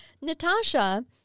Natasha